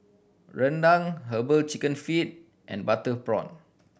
rendang Herbal Chicken Feet and butter prawn